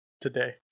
today